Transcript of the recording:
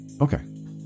Okay